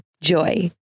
Joy